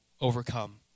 overcome